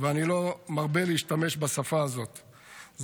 ואני לא מרבה להשתמש בשפה הזאת,